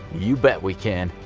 you bet we can.